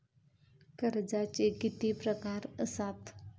कर्जाचे किती प्रकार असात?